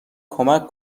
کمک